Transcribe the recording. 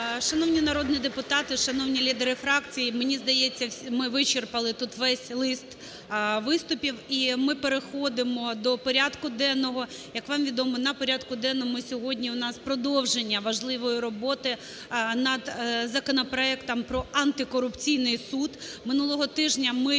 Шановні народні депутати, шановні лідери фракцій, мені здається, ми вичерпали тут весь лист виступів, і ми переходимо до порядку денного. Як вам відомо, на порядку денному сьогодні у нас продовження важливої роботи над законопроектом про антикорупційний суд. Минулого тижня ми